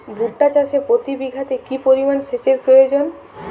ভুট্টা চাষে প্রতি বিঘাতে কি পরিমান সেচের প্রয়োজন?